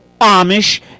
Amish